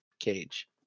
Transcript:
cage